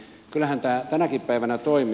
kyllähän tämä tänäkin päivänä toimii